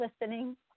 listening